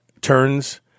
turns